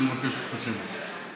אני מבקש להתחשב בזה.